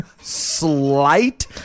Slight